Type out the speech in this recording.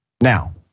Now